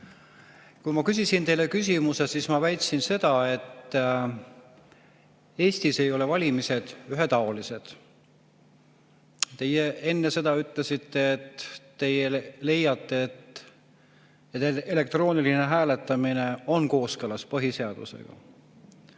Kui ma küsisin teilt küsimuse, siis ma väitsin seda, et Eestis ei ole valimised ühetaolised. Teie enne seda ütlesite, et teie leiate, et elektrooniline hääletamine on kooskõlas põhiseadusega.